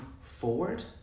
forward